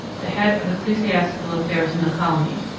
the head of ecclesiastical affairs in the colony,